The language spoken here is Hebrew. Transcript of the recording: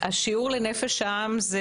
השיעור לנפש שם זה